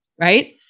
right